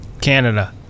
Canada